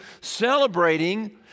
celebrating